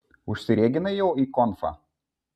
užsireginai jau į konfą